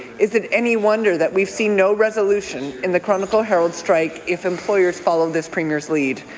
is it any wonder that we've seen no resolution in the chronicle herald strike if employers follow this premier's lead?